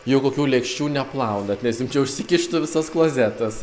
jau kokių lėkščių neplaunat nes jum čia užsikimštų visas klozetas